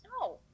No